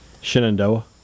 Shenandoah